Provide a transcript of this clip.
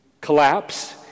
collapse